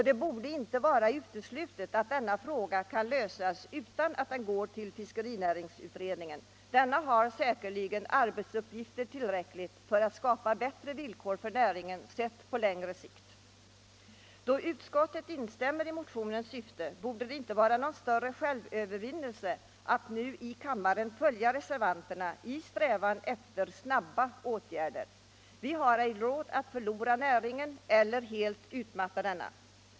Det borde inte vara uteslutet att denna fråga kan lösas utan att den går till fiskerinäringsutredningen. Denna har säkerligen tillräckligt med arbetsuppgifter för att skapa bättre villkor åt näringen på längre sikt. Då utskottet instämmer i motionens syfte borde det inte vara någon större självövervinnelse att nu i kammaren följa reservanterna i strävan efter snabba åtgärder. Vi har inte råd att förlora näringen eller att helt utmatta den.